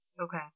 Okay